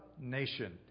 nation